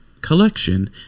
collection